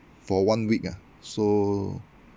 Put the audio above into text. for one week ah so